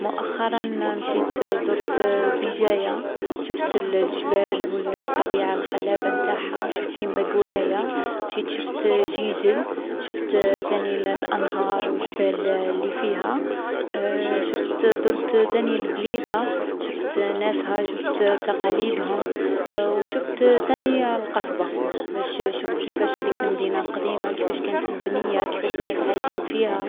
مؤخرا مشيت زرت بجاية شفت الـ الجبال و الـ الطبيعة الخلابة نتاعها. شفت يما قورايا. مشيت شفت جيجل. شفت ثاني الـ الأنهار و الجبال لي فيها. شفت، درت تاني البليدة، شفت ناسها شفت تقاليدهم. و شفت تاني القصبة، باش شفت هاذيك المدينة القديمة كيفاش كانت مبنية كيفاش الناس عايشين فيها.